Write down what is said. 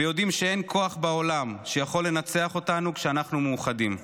ויודעים שאין כוח בעולם שיכול לנצח אותנו כשאנחנו מאוחדים.